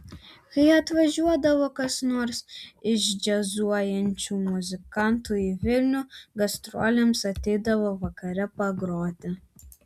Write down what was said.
kai atvažiuodavo kas nors iš džiazuojančių muzikantų į vilnių gastrolėms ateidavo vakare pagroti